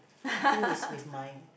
think is with my